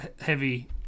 heavy